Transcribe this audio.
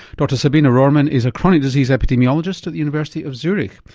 dr sabine rohrmann is a chronic disease epidemiologist at the university of zurich.